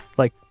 like,